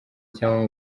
cyangwa